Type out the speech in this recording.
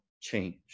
change